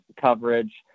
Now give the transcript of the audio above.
coverage